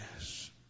Yes